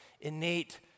innate